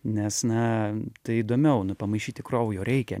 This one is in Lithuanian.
nes na tai įdomiau nu pamaišyti kraujo reikia